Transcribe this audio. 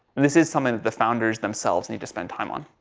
this is something that the founders themselves need to spend time on.